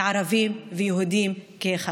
לערבים ויהודים כאחד,